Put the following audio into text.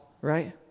right